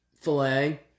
filet